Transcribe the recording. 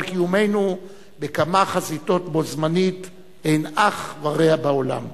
קיומנו בכמה חזיתות בו-זמנית אין אח ורע בעולם.